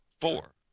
Four